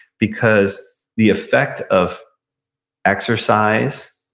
because the effect of exercise,